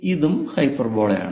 ഇതും ഹൈപ്പർബോളയാണ്